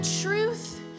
truth